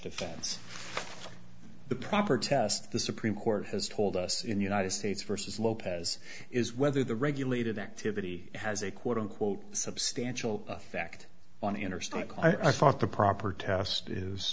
offense the proper test the supreme court has told us in the united states versus lopez is whether the regulated activity has a quote unquote substantial effect on interstate i thought the proper test is